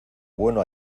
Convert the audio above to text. bueno